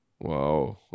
Wow